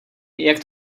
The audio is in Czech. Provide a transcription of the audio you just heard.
jak